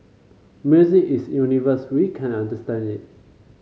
music is universal we can understand it